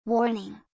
Warning